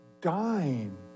dying